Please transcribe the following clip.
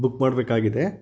book ಮಾಡ್ಬೇಕಾಗಿದೆ